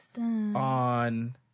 on